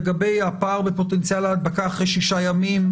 לגבי הפער בפוטנציאל ההדבקה אחרי שישה ימים,